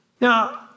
Now